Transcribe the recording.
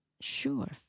Sure